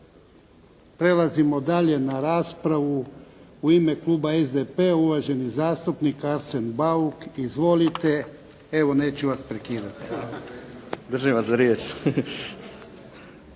Prelazimo dalje na raspravu. U ime Kluba SDP-a uvaženi zastupnik Arsen Bauk. Izvolite. Evo neću vas prekidati. **Bauk, Arsen